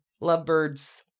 lovebirds